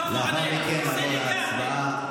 שלמה.